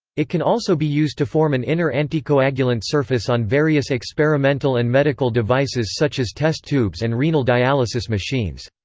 it can also be used to form an inner anticoagulant surface on various experimental and medical devices such as test tubes and renal dialysis machines.